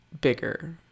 bigger